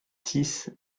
six